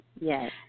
yes